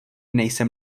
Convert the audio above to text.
nejsem